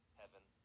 heaven